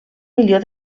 milió